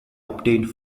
obtained